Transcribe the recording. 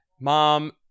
Mom